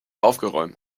aufgeräumt